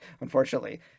unfortunately